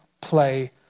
play